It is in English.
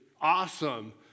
awesome